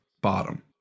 bottom